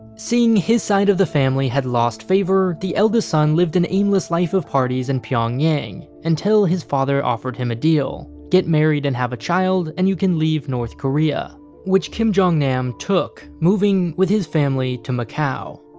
seeing his side of the family had lost favor, the eldest son lived an aimless life of parties in pyongyang until his father offered him a deal get married and have a child, and you can leave north korea which kim jong-nam took, moving, with his family, to macau.